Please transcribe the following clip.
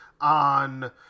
on